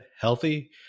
healthy